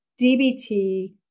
DBT